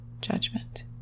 judgment